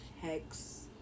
hex